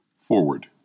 Forward